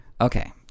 Okay